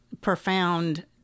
profound